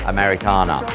Americana